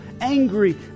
angry